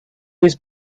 was